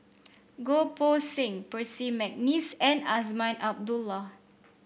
Goh Poh Seng Percy McNeice and Azman Abdullah